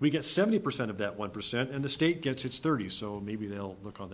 we get seventy percent of that one percent and the state gets its thirty so maybe they'll look on